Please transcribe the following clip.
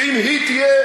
שאם היא תהיה,